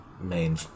main